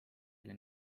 oli